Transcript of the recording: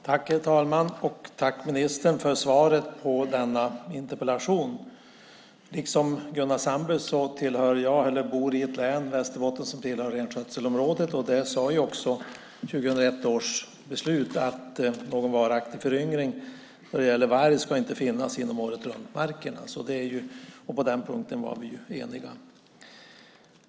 Herr talman! Tack, ministern, för svaret på denna interpellation! Liksom Gunnar Sandberg bor jag i ett län - Västerbotten - som tillhör renskötselområdet, och 2001 års beslut sade också att någon varaktig föryngring vad gäller varg ska inte finnas inom åretruntmarkerna. På den punkten var vi eniga.